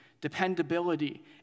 dependability